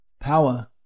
power